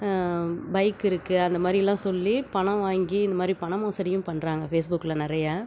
bike இருக்கு அந்த மாதிரிலாம் சொல்லி பணம் வாங்கி இந்த மாதிரி பண மோசடியும் பண்ணுறாங்க ஃபேஸ்புக்கில் நிறைய